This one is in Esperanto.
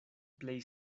plej